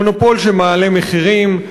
מונופול שמעלה מחירים,